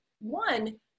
one